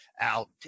out